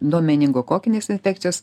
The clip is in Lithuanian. nuo meningokokinės infekcijos